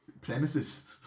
premises